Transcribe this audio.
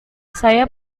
saya